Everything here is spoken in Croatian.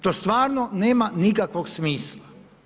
To stvarno nema nikakvog smisla.